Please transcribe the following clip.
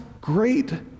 great